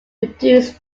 produced